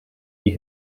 die